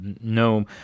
No